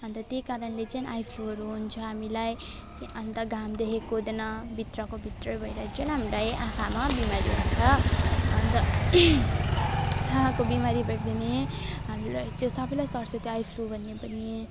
अन्त त्यही कारणले चाहिँ आइफ्लूहरू हुन्छ हामीलाई अन्त घाम देखेको हुँदैन भित्रको भित्र भएर आँखामा बिमारी हुन्छ अन्त आँखाको बिमारी भए भने हामीलाई त्यो सबैलाई सर्छ त्यो आइफ्लू भन्ने पनि